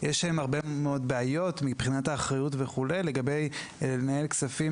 יש להם הרבה מאוד בעיות מבחינת האחריות וכולי לגבי ניהול כספים